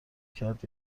کرد